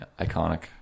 Iconic